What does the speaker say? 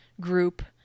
group